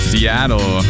Seattle